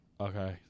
okay